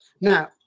Now